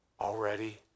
Already